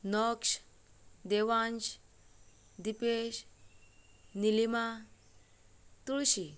Naksh Devansh Dipesh Nilima Tulsi